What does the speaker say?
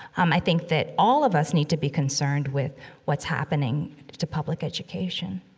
um, i think that all of us need to be concerned with what's happening to public education